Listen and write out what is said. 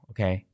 Okay